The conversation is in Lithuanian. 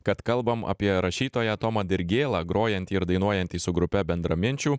kad kalbam apie rašytoją tomą dirgėlą grojantį ir dainuojantį su grupe bendraminčių